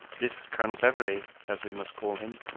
this colonel beverley, as we must call him,